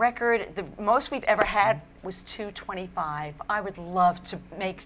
record the most we've ever had was to twenty five i would love to make